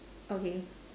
okay